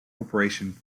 corporation